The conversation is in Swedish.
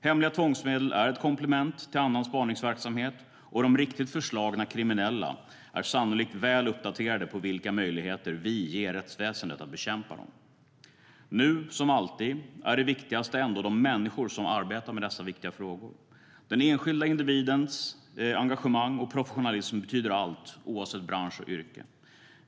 Hemliga tvångsmedel är ett komplement till annan spaningsverksamhet, och de riktigt förslagna kriminella är sannolikt väl uppdaterade på vilka möjligheter vi ger rättsväsendet att bekämpa dem. Nu som alltid är det viktigaste ändå de människor som arbetar med dessa viktiga frågor. Den enskilde individens engagemang och professionalism betyder allt, oavsett bransch och yrke.